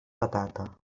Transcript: patata